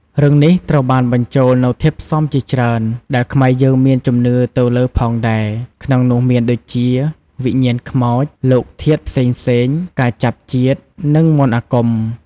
រឿងនេះត្រូវបានបញ្ចូលនូវធាតុផ្សំជាច្រើន ដែលខ្មែរយើងមានជំនឿទៅលើផងដែរ ក្នុងនោះមានដូចជា វិញ្ញាណខ្មោច លោកធាតុផ្សេងៗ ការចាប់ជាតិ និងមន្តអាគម។